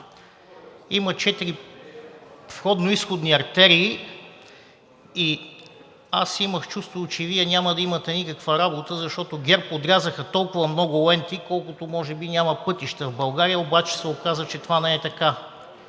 четири входно-изходни артерии и аз имах чувството, че Вие няма да имате никаква работа, защото ГЕРБ отрязаха толкова много ленти, колкото може би няма пътища в България, обаче се оказа, че това не е така